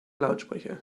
lautsprecher